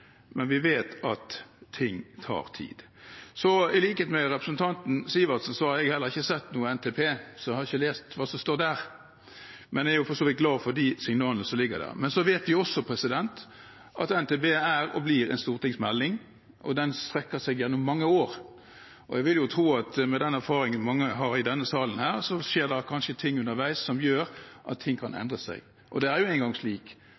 men vi vet at ting tar tid. I likhet med representanten Sivertsen har heller ikke jeg sett noen NTP, så jeg har ikke lest hva som står der, men jeg er for så vidt glad for de signalene som foreligger. Så vet vi også at NTP er og blir en stortingsmelding, som strekker seg gjennom mange år, og jeg vil jo tro, med den erfaringen mange har i denne salen, at det kanskje skjer ting underveis som gjør at ting kan endre seg. Det er nå en gang slik